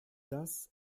das